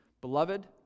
Beloved